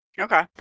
Okay